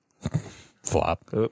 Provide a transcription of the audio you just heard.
Flop